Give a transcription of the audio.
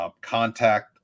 contact